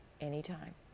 anytime